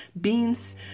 beans